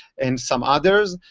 and some others.